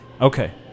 Okay